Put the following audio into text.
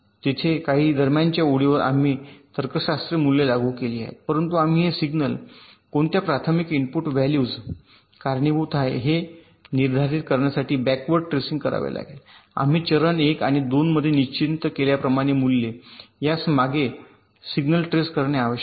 येथे आम्ही काही दरम्यानच्या ओळींवर काही तर्कशास्त्र मूल्ये लागू केली आहेत परंतु आम्ही हे सिग्नल कोणत्या प्राथमिक इनपुट व्हॅल्यूज कारणीभूत आहेत हे निर्धारित करण्यासाठी बॅकवर्ड ट्रेसिंग करावे लागेल आम्ही चरण 1 आणि 2 मध्ये निश्चित केल्याप्रमाणे मूल्ये यास मागे सिग्नल ट्रेस करणे आवश्यक आहे